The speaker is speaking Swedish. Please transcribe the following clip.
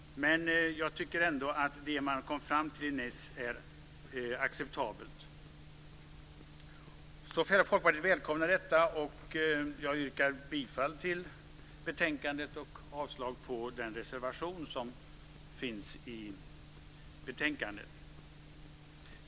Men jag tycker ändå att det man kom fram till i Nice är acceptabelt. Folkpartiet välkomnar alltså detta, och jag yrkar bifall till beslutsförslaget i betänkandet och avslag på den reservation som finns.